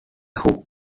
hook